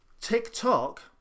TikTok